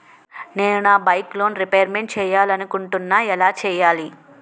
నేను నా bike loan repayment చేయాలనుకుంటున్నా ఎలా చేయాలి?